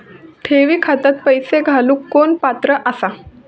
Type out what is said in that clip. ठेवी खात्यात पैसे घालूक कोण पात्र आसा?